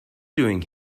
doing